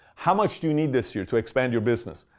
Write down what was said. how much do you need this year to expand your business?